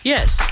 Yes